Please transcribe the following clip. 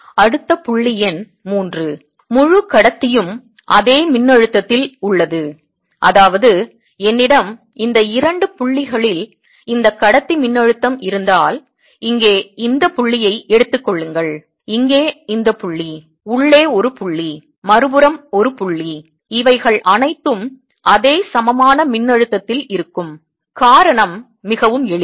அடுத்த புள்ளி எண் 3 முழு கடத்தியும் அதே மின்னழுத்தத்தில் உள்ளது அதாவது என்னிடம் எந்த இரண்டு புள்ளிகளில் இந்த கடத்தி மின்னழுத்தம் இருந்தால் இங்கே இந்த புள்ளியை எடுத்துக்கொள்ளுங்கள் இங்கே இந்த புள்ளி உள்ளே ஒரு புள்ளி மறுபுறம் ஒரு புள்ளி இவைகள் அனைத்தும் அதே சமமான மின் அழுத்தத்தில் இருக்கும் காரணம் மிகவும் எளிது